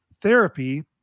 therapy